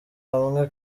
hamwe